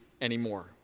anymore